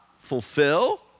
fulfill